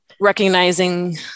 recognizing